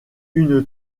une